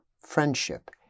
friendship